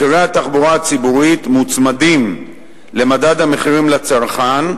מחירי התחבורה הציבורית מוצמדים למדד המחירים לצרכן,